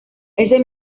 ese